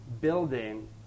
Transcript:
building